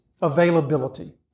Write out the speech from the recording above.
availability